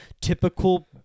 typical